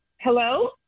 Hello